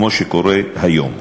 כמו שקורה היום.